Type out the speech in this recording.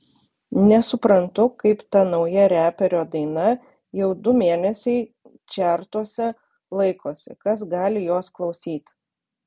nesuprantu kaip ta nauja reperio daina jau du mėnesiai čertuose laikosi kas gali jos klausyt